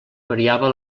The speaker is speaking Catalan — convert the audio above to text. variava